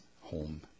home